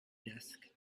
desk